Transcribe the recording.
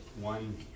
one